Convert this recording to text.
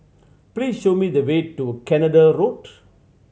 please show me the way to Canada Road